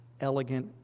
elegant